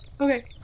Okay